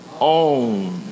own